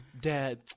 Dad